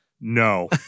no